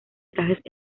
trajes